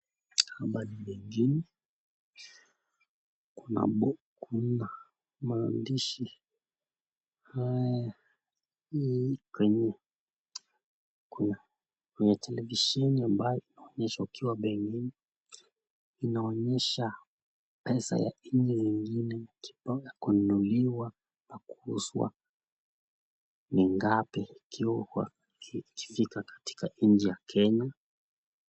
Hapa ni jijini, kuna kuna maadhishi haya kwenye kuna televisheni ambayo inaonyesha ukiwa mbeleni, inaonyesha pesa ya nchi zingine kununuliwa na kuuzwa ni ngapi ikifika katika nchi ya Kenya.